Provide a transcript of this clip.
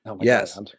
yes